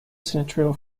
senatorial